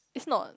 it's not